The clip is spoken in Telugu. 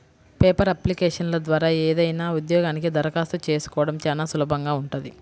పేపర్ అప్లికేషన్ల ద్వారా ఏదైనా ఉద్యోగానికి దరఖాస్తు చేసుకోడం చానా సులభంగా ఉంటది